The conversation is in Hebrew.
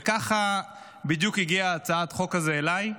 וככה בדיוק הגיעה הצעת החוק הזאת אליי.